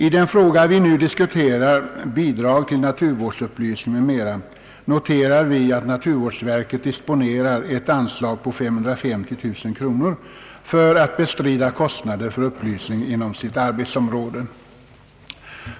I den fråga vi nu diskuterar — bidrag till naturvårdsupplysning — noterar vi att naturvårdsverket disponerar ett anslag på 550 000 kronor till bestridande av kostnader för upplysning inom sitt arbetsområde.